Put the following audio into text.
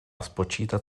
spočítat